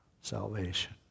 salvation